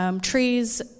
trees